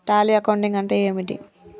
Tally accounting అంటే ఏమిటి?